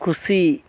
ᱠᱷᱩᱥᱤ